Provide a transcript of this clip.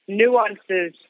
nuances